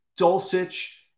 Dulcich